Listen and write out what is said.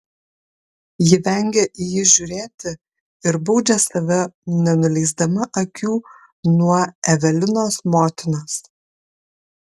ji vengia į jį žiūrėti ir baudžia save nenuleisdama akių nuo evelinos motinos